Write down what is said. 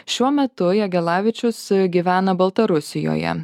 šiuo metu jagelavičius gyvena baltarusijoje